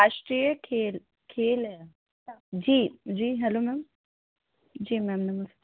राष्ट्रीय खेल खेल है जी जी हेलो मैम जी मैम नमस्ते